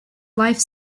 life